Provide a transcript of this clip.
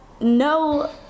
No